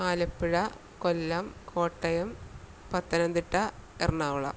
Alappuzha Kollam Kottayam Pathanamthitta Ernakulam